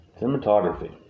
Cinematography